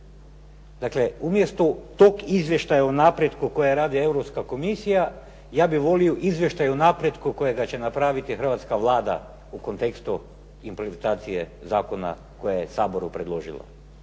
Dakle, umjesto tog izvještaja u napretku koji radi Europska komisija, ja bih volio izvještaj o napretku kojega će napraviti Hrvatska Vlada u kontekstu implementacije zakona koje je Saboru predložila.